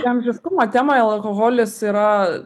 amžiškumo tema ir alkoholis yra